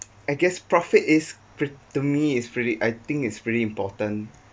I guess profit is pre~ to me is pretty I think is pretty important